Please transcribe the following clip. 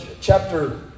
chapter